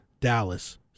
Dallas